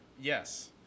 Yes